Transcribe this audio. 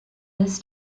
this